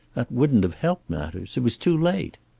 that wouldn't have helped matters. it was too late.